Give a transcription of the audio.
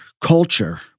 culture